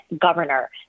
governor